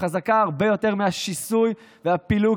חזקה הרבה יותר מהשיסוי והפילוג,